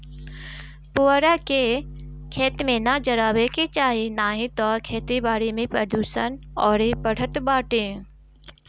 पुअरा के, खेत में ना जरावे के चाही नाही तअ खेती बारी में प्रदुषण अउरी बढ़त बाटे